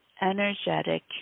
energetic